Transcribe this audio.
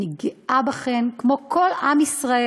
אני גאה בכן, כמו כל עם ישראל.